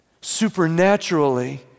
supernaturally